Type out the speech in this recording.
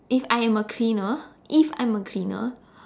if I am a cleaner if I am a cleaner